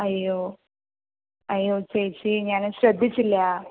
അയ്യോ അയ്യോ ചേച്ചി ഞാൻ അതു ശ്രദ്ധിച്ചില്ല